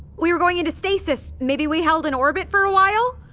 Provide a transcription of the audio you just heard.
we were going into stasis. maybe we held in orbit for a while?